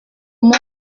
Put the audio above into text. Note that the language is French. monde